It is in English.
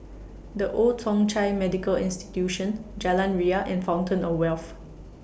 The Old Thong Chai Medical Institution Jalan Ria and Fountain of Wealth